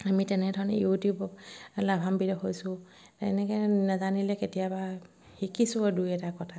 আমি তেনেধৰণে ইউটিউবত লাভান্বিত হৈছোঁ তেনেকৈ নেজানিলে কেতিয়াবা শিকিছোঁ আৰু দুই এটা কথা